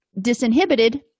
disinhibited